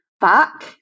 back